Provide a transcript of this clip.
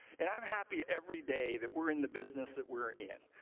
and i'm happy every day that we're in the business that we're in.